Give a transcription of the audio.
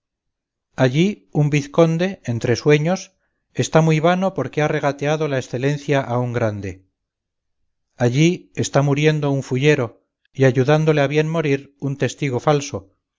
allí un vizconde entre sueños está muy vano porque ha regateado la excelencia a un grande allí está muriendo un fullero y ayudándole a bien morir un testigo falso